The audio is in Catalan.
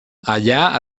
allà